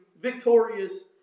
victorious